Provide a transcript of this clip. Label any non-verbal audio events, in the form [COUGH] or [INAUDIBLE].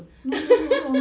[LAUGHS]